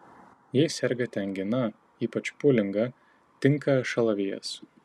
jei sergate angina ypač pūlinga tinka šalavijas